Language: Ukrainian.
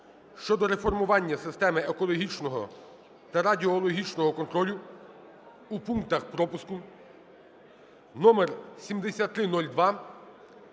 щодо реформування системи екологічного та радіологічного контролю у пунктах пропуску (№7302)